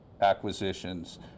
acquisitions